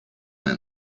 man